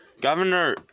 Governor